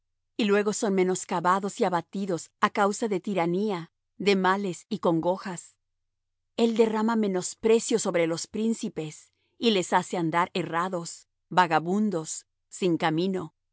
y luego son menoscabados y abatidos a causa de tiranía de males y congojas el derrama menosprecio sobre los príncipes y les hace andar errados vagabundos sin camino